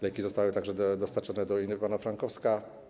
Leki zostały także dostarczone do Iwano-Frankowska.